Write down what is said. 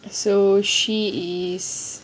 so she is